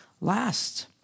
last